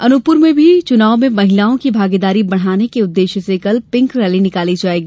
अनूपपुर में भी चुनाव में महिलाओं की भागीदारी बढ़ाने के उद्वेश्य से कल पिंक रैली निकाली जायेगी